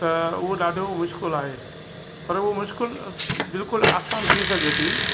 त उहो ॾाढो मुश्किल आहे पर हूअ मुश्किल बिल्कुलु आसान थी सघे थी